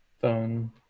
phone